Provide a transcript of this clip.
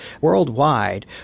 worldwide